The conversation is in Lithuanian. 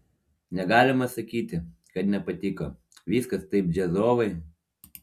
negalima sakyti kad nepatiko viskas taip džiazovai